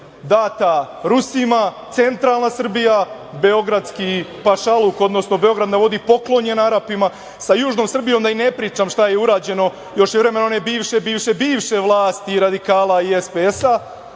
data Rusima, centralna Srbija beogradski pašaluk, odnosno Beograd na vodi poklonjen Arapima. Sa južnom Srbijom da i ne pričam šta je urađeno, još u vreme one bivše, bivše, bivše vlasti radikala i SPS,